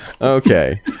Okay